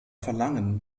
verlangen